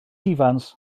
ifans